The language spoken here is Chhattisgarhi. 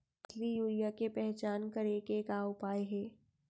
असली यूरिया के पहचान करे के का उपाय हे?